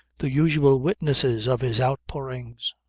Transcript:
the usual witnesses of his outpourings,